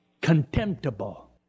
contemptible